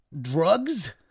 drugs